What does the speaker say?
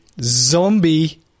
zombie